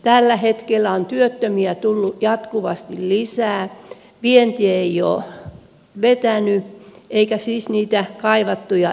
tällä hetkellä on työttömiä tullut jatkuvasti lisää vienti ei ole vetänyt eikä siis niitä kaivattuja investointeja ole tullut